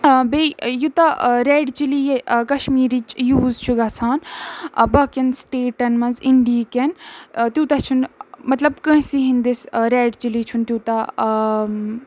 بیٚیہِ یوٗتاہ red chilli یہِ کشمیٖرٕچ یوٗز چھُ گژھان باقٕیَن سٹیٹَن منٛز اِنٛڈہیٖکٮ۪ن تیوٗتاہ چھُنہٕ مطلب کٲنٛسے ہِنٛدِس رٮ۪ڈ چِلی چھُنہٕ تیوٗتاہ